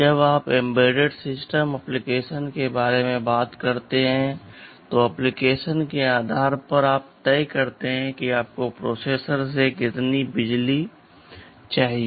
जब आप embedded system application के बारे में बात करते हैं तो एप्लिकेशन के आधार पर आप तय करते हैं कि आपको प्रोसेसर से कितनी बिजली चाहिए